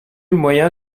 moyen